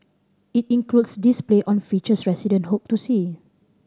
it includes display on features resident hope to see